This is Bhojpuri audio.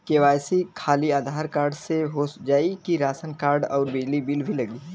के.वाइ.सी खाली आधार कार्ड से हो जाए कि राशन कार्ड अउर बिजली बिल भी लगी?